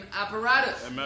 apparatus